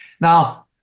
Now